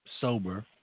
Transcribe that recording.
sober